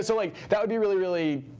so like that would be really, really,